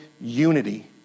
unity